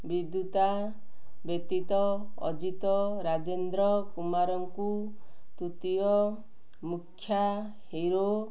ବିଦୁତା ବ୍ୟତୀତ ଅଜିତ ରାଜେନ୍ଦ୍ର କୁମାରଙ୍କୁ ତୃତୀୟ ମୁଖ୍ୟ ହିରୋ